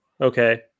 okay